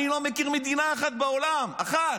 אני לא מכיר מדינה אחת בעולם, אחת,